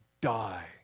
die